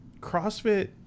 CrossFit